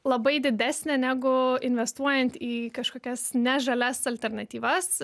labai didesnė negu investuojant į kažkokias ne žalias alternatyvas